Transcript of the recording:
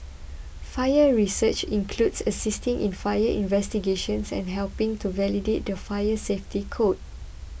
fire research includes assisting in fire investigations and helping to validate the fire safety code